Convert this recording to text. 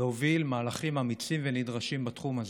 להוביל מהלכים אמיצים ונדרשים בתחום הזה.